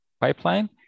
pipeline